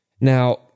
Now